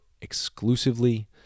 exclusively